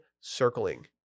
CIRCLING